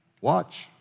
Watch